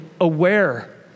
aware